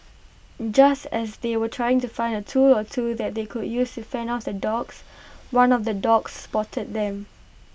just as they were trying to find A tool or two that they could use to fend off the dogs one of the dogs spotted them